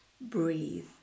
breathe